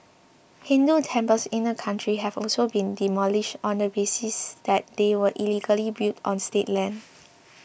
Hindu temples in the country have also been demolished on the basis that they were illegally built on state land